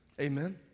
amen